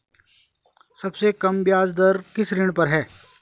सबसे कम ब्याज दर किस ऋण पर है?